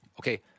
okay